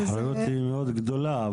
האחריות היא מאוד גדולה,